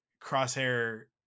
crosshair